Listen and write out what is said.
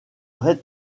red